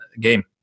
game